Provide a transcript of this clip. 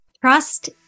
Trust